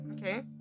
okay